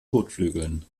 kotflügeln